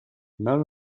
none